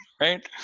right